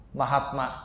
Mahatma